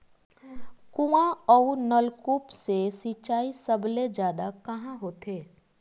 कुआं अउ नलकूप से सिंचाई सबले जादा कहां होथे?